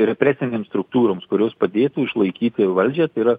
represinėms struktūroms kurios padėtų išlaikyti valdžią tai yra